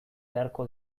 beharko